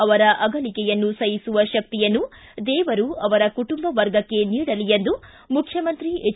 ಅವರ ಅಗಲಿಕೆಯನ್ನು ಸಹಿಸುವ ಶಕ್ತಿಯನ್ನು ದೇವರು ಅವರ ಕುಟುಂಬ ವರ್ಗಕ್ಕೆ ನೀಡಲಿ ಎಂದು ಮುಖ್ಯಮಂತ್ರಿ ಎಚ್